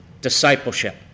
Discipleship